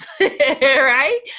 right